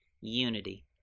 unity